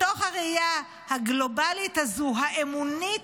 מתוך הראייה הגלובלית הזאת, האמונית